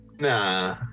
Nah